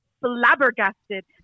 flabbergasted